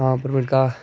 அப்பறமேட்டுக்கா